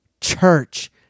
church